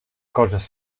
coses